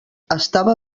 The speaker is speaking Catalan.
estava